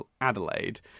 Adelaide